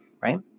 right